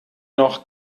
noch